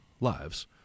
lives